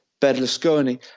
Berlusconi